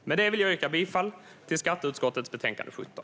Med detta vill jag yrka bifall till förslaget i skatteutskottets betänkande SkU17.